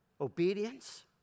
obedience